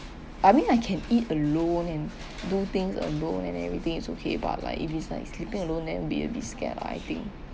I mean I can eat alone and do things alone and then everything is okay but like if it's like sleeping alone then will be a bit scared lah I think